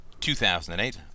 2008